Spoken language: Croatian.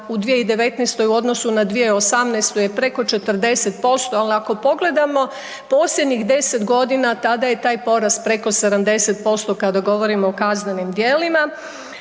u 2019. u odnosu na 2018. je preko 40%, ali ako pogledamo posljednjih 10 godina tada je taj porast preko 70% kada govorimo o kaznenim djelima.